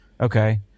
Okay